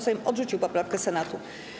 Sejm odrzucił poprawkę Senatu.